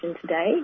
today